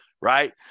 right